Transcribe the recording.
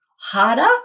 harder